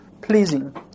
pleasing